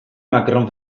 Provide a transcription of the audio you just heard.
macron